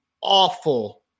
awful